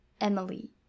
Emily